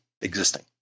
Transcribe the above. existing